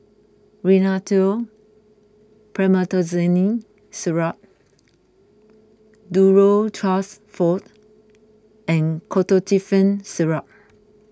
Rhinathiol Promethazine Syrup Duro Tuss Forte and Ketotifen Syrup